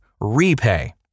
REPAY